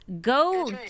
Go